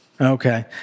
Okay